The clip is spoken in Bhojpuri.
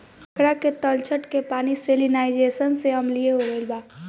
पोखरा के तलछट के पानी सैलिनाइज़ेशन से अम्लीय हो गईल बा